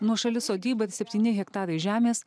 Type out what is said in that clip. nuošali sodyba ir septyni hektarai žemės